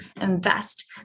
invest